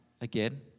again